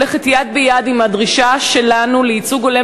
הולכת יד ביד עם הדרישה שלנו לייצוג הולם